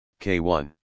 K1